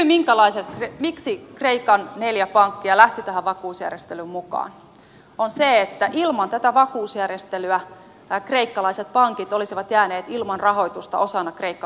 syy miksi kreikan neljä pankkia lähti tähän vakuusjärjestelyyn mukaan on se että ilman tätä vakuusjärjestelyä kreikkalaiset pankit olisivat jääneet ilman rahoitusta osana kreikka kakkospakettia